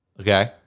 okay